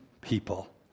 people